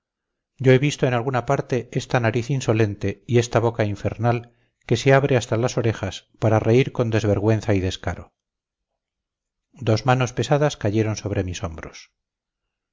yo he visto en alguna parte esta nariz insolente y esta boca infernal que se abre hasta las orejas para reír con desvergüenza y descaro dos manos pesadas cayeron sobre mis hombros